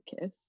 kiss